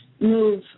Move